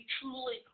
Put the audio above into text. truly